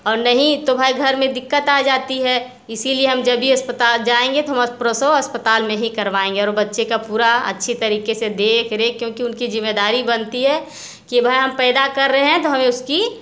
और नहीं तो भाई घर में दिक्कत आ जाती है इसलिए हम जब भी अस्पताल जाएंगे तो हम प्रसव अस्पताल में ही करवाएंगे और बच्चे का पूरा अच्छे तरीके से देख रेख क्योंकि उनकी जिम्मेदारी बनती है कि भाई हम पैदा कर रहे हैं तो हमें उसकी